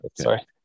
Sorry